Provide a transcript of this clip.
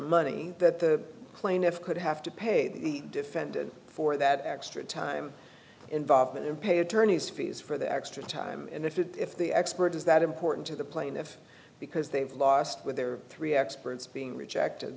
money that the plaintiff could have to pay the defendant for that extra time involved and pay attorney's fees for the extra time and if it if the expert is that important to the plaintiff because they've lost with their three experts being rejected